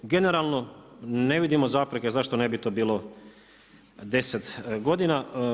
Generalno, ne vidimo zapreke zašto ne bi to bilo deset godina.